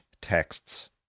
texts